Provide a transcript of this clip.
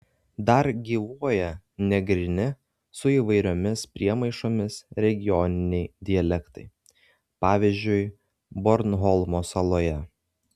dar gyvuoja negryni su įvairiomis priemaišomis regioniniai dialektai pavyzdžiui bornholmo saloje